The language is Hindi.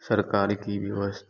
सरकार की व्यवस्था